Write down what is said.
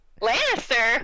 lannister